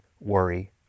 worry